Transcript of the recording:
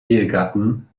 ehegatten